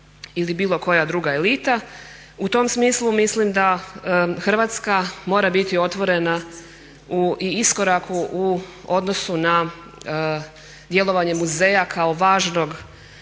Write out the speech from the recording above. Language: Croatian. ili bilo koja druga elita. U tom smislu mislim da Hrvatska mora biti otvorena u iskoraku u odnosu na djelovanje muzeja kao važne